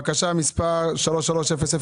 הצבעה בקשת עודפים מס' 33-006